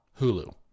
Hulu